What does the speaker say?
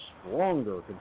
stronger